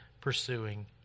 pursuing